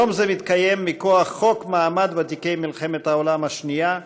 יום זה מתקיים מכוח חוק מעמד ותיקי מלחמת העולם השנייה,